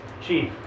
chief